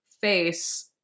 face